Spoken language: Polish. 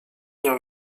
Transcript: nią